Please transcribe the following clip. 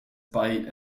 bite